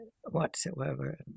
whatsoever